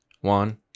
one